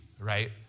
right